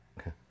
okay